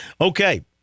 Okay